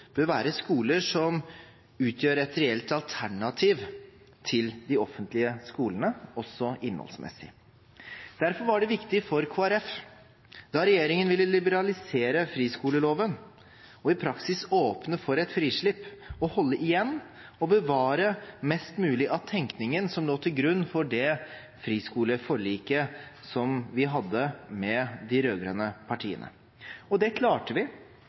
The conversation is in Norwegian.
bør være skoler som utgjør et reelt alternativ til de offentlige skolene, også innholdsmessig. Derfor var det viktig for Kristelig Folkeparti da regjeringen ville liberalisere friskoleloven – og i praksis åpne for et frislipp – å holde igjen og bevare mest mulig av tenkningen som lå til grunn for det friskoleforliket som vi hadde med de rød-grønne partiene. Det klarte vi.